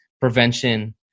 prevention